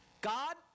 God